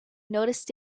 noticed